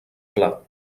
pla